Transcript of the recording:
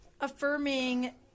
affirming